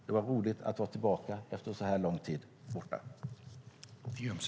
Det var roligt att vara tillbaka efter så här lång tid borta.